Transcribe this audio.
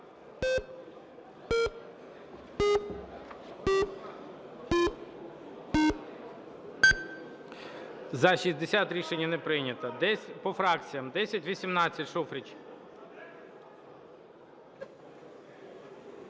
За-60 Рішення не прийнято. По фракціях. 1018, Шуфрич.